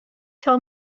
tell